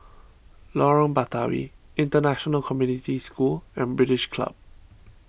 Lorong Batawi International Community School and British Club